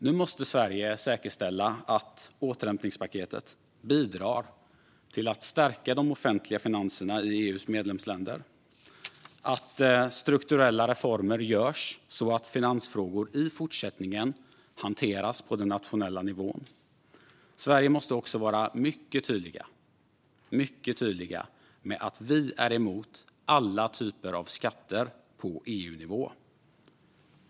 Nu måste Sverige säkerställa att återhämtningspaketet bidrar till att stärka de offentliga finanserna i EU:s medlemsländer och att strukturella reformer görs så att finansfrågor i fortsättningen hanteras på den nationella nivån. Sverige måste också vara mycket tydligt med att vi är emot alla typer av skatter på EU-nivå.